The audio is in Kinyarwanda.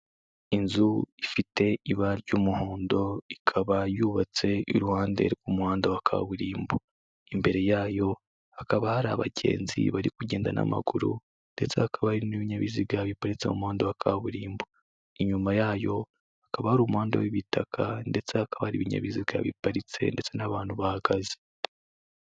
Inzu ifite ibara ry'umuhondo ikaba yubatse iruhande rw'umuhanda wa kaburimbo imbere yayo hakaba hari abagenzi bari kugenda n'amaguru ndetse hakaba hari n'ibinyabiziga biparitse mu muhanda wa kaburimbo inyuma yayo hakaba hari umuhanda w'ibitaka ndetse hakaba hari ibinyabiziga biparitse ndetse n'abantu bahagaze.